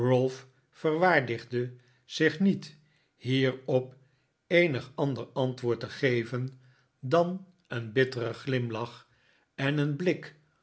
verwaardigde zich niet hierop eenig ander antwoord te geven dan een gride legt zijn plannen bloot bitteren glimlach en een blik